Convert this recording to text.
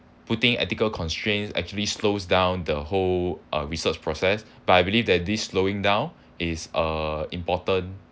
putting ethical constraints actually slows down the whole uh research process but I believe that this slowing down is uh important